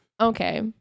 Okay